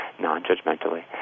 non-judgmentally